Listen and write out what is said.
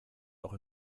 auch